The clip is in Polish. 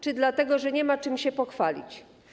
Czy dlatego, że nie ma czym się pochwalić?